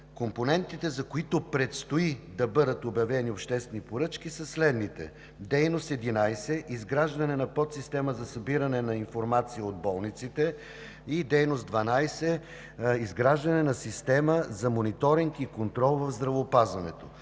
Компонентите, за които предстои да бъдат обявени обществени поръчки, са следните: дейност 11: изграждане на подсистема за събиране на информация от болниците, и дейност 12: изграждане на система за мониторинг и контрол в здравеопазването.